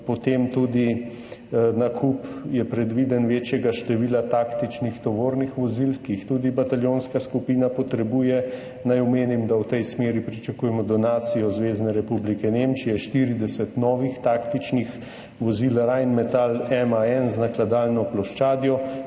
tudi nakup večjega števila taktičnih tovornih vozil, ki jih tudi bataljonska skupina potrebuje. Naj omenim, da v tej smeri pričakujemo donacijo Zvezne republike Nemčije, 40 novih taktičnih vozil Rheinmetall MAN z nakladalno ploščadjo,